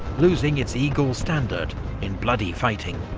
losing its eagle standard in bloody fighting.